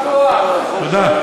תודה.